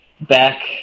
back